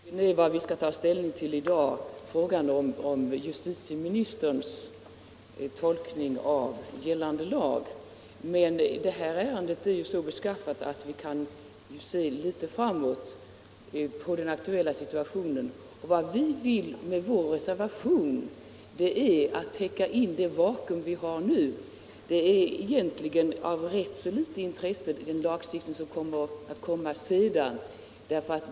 Herr talman! Visst vet vi att det vi skall ta ställning till i dag är frågan om justitieministerns tolkning av gällande lag. Men det här ärendet är så beskaffat att vi kan se litet grand också på den aktuella situationen. Det är egentligen av rätt litet intresse vilken lagstiftning som kommer sedan.